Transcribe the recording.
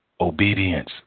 obedience